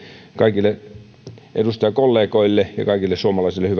kaikille edustajakollegoille ja kaikille suomalaisille